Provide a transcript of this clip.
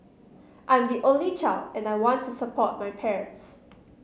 I'm the only child and I want to support my parents